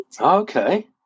Okay